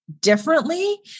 differently